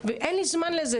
אין לי זמן לזה.